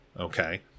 Okay